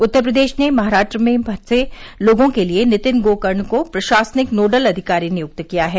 उत्तर प्रदेश ने महाराष्ट्र में फंसे लोगों के लिए नितिन गोकर्ण को प्रशासनिक नोडल अधिकारी नियुक्त किया है